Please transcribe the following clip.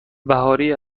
بهاری